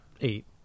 Eight